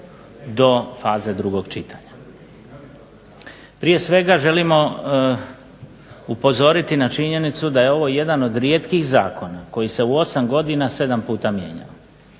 do faze drugog čitanja. Prije svega želimo upozoriti na činjenicu da je ovo jedan od rijetkih zakona koji se u 8 godina 7 puta mijenjao,